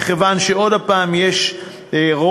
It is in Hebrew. מכיוון שעוד הפעם יש רוב